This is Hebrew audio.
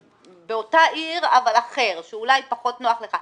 באותה עיר אבל אחר, שאולי פחות נוח לך.